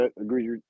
Agree